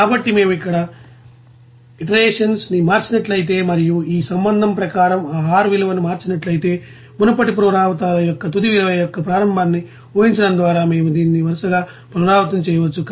కాబట్టి మేము ఇక్కడఇతరేషన్స్ ని మార్చినట్లయితే మరియు ఈ సంబంధం ప్రకారం ఆ r విలువను మార్చినట్లయితే మునుపటి పునరావృతాల యొక్క తుది విలువ యొక్క ప్రారంభాన్ని ఊహించడం ద్వారా మేము దీనిని వరుసగా పునరావృతం చేయవచ్చు